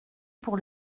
pour